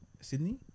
Sydney